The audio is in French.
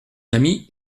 ami